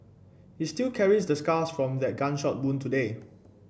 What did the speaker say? he still carries the scars from that gunshot wound today